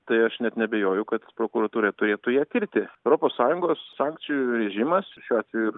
tai aš net neabejoju kad prokuratūra turėtų ja tirti europos sąjungos sankcijų režimas šiuo atveju